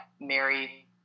Mary